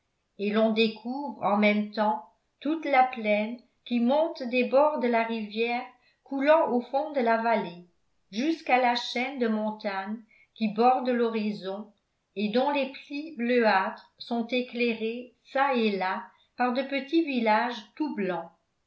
et l'on découvre en même temps toute la plaine qui monte des bords de la rivière coulant au fond de la vallée jusqu'à la chaîne de montagnes qui borde l'horizon et dont les plis bleuâtres sont éclairés çà et là par de petits villages tout blancs